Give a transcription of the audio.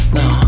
no